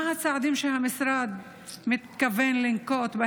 1. מה הצעדים שהמשרד מתכוון לנקוט על